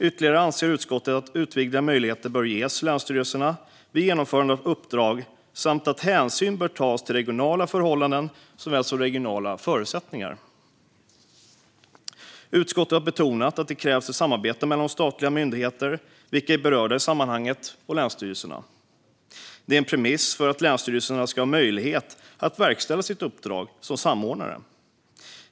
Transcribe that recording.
Ytterligare anser utskottet att utvidgade möjligheter bör ges länsstyrelserna vid genomförandet av uppdrag samt att hänsyn bör tas till regionala förhållanden och förutsättningar. Utskottet har betonat att det krävs ett samarbete mellan de statliga myndigheter som är berörda i sammanhanget och länsstyrelserna. Det är en premiss för att länsstyrelserna ska ha möjlighet att verkställa sitt uppdrag som samordnare.